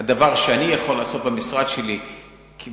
הדבר שאני יכול לעשות במשרד שלי ובסמכויות